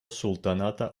султаната